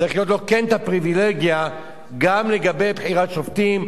צריכה להיות לו הפריווילגיה גם לגבי בחירת שופטים,